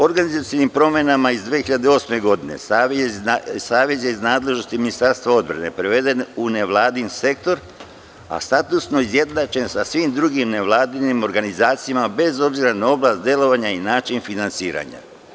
Organizacionim promenama iz 2008. godine Savez je iz nadležnosti Ministarstva odbrane preveden u nevladin sektor, a statusno izjednačen sa svim drugim nevladinim organizacijama, bez obzira na oblast delovanja i način finansiranja.